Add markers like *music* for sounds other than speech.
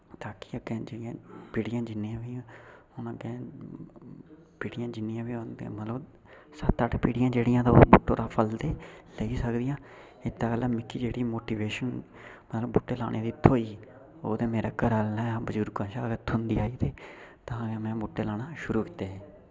*unintelligible* कि अग्गें जियां पीढ़ियां जिन्नियां बी हून अग्गें पीढ़ियां जिन्नियां बी होन ते मतलब सत्त अट्ठ पीढ़ियां जेह्ड़ियां ते ओह् बूह्टें उप्पर फल ते लेई गै सकदियां इस्सै गल्लां मिगी जेह्ड़ी मोटीबेशन मतलब बूह्टे लाने दी थ्होई ओह् ते मेरे घर आह्वें बजुर्ग शा गै थ्होंदी आई ते तां गै मेंं बूह्टे लाना शुरू कीते हे